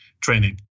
training